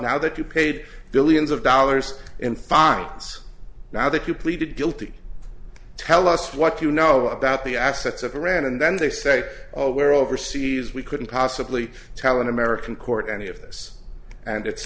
now that you paid billions of dollars in fines now that you pleaded guilty tell us what you know about the assets of iran and then they say oh we're overseas we couldn't possibly tell an american court any of this and it's